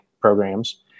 programs